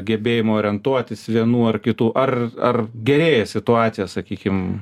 gebėjimu orientuotis vienų ar kitų ar ar gerėja situacija sakykim